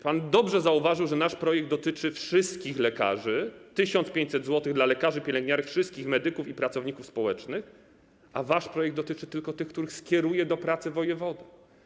Pan dobrze zauważył, że nasz projekt dotyczy wszystkich lekarzy - 1500 zł dla lekarzy, pielęgniarek, wszystkich medyków i pracowników społecznych - a wasz projekt dotyczy tylko tych, których skieruje do pracy wojewoda.